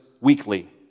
weekly